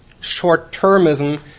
short-termism